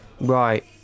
Right